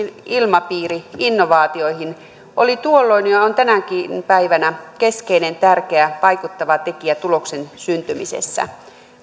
ilmapiiri innovaatioihin oli tuolloin ja on tänäkin päivänä keskeinen tärkeä vaikuttava tekijä tuloksen syntymisessä